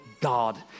God